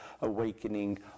awakening